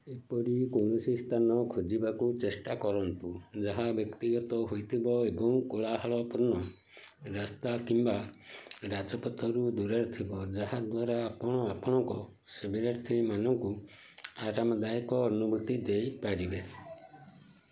ଏପରି କୌଣସି ସ୍ଥାନ ଖୋଜିବାକୁ ଚେଷ୍ଟା କରନ୍ତୁ ଯାହା ବ୍ୟକ୍ତିଗତ ହୋଇଥିବ ଏବଂ କୋଳାହଳପୂର୍ଣ୍ଣ ରାସ୍ତା କିମ୍ବା ରାଜପଥରୁ ଦୂରରେ ଥିବ ଯାହା ଦ୍ୱାରା ଆପଣ ଆପଣଙ୍କ ଶିବିରାର୍ଥୀମାନଙ୍କୁ ଆରାମଦାୟକ ଅନୁଭୂତି ଦେଇପାରିବେ